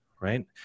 right